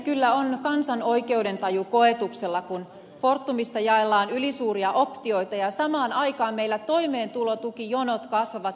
kyllä on kansan oikeudentaju koetuksella kun fortumissa jaellaan ylisuuria optioita ja samaan aikaan meillä toimeentulotukijonot kasvavat ympäri suomea